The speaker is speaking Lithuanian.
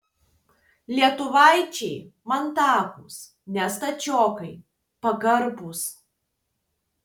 lietuvaičiai mandagūs ne stačiokai pagarbūs